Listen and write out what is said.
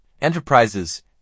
enterprises